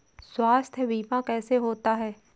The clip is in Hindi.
स्वास्थ्य बीमा कैसे होता है?